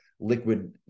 liquid